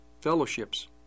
fellowships